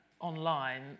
online